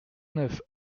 neuf